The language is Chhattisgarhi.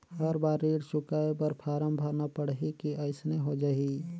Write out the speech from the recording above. हर बार ऋण चुकाय बर फारम भरना पड़ही की अइसने हो जहीं?